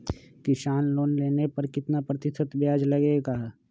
किसान लोन लेने पर कितना प्रतिशत ब्याज लगेगा?